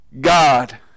God